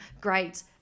great